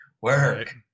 work